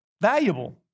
valuable